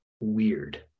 weird